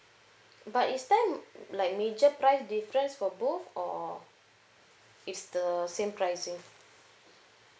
but is then like major price difference for both or it's the same pricing